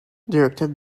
directed